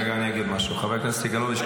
חבר הכנסת סגלוביץ',